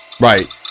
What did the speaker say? Right